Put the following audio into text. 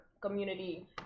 community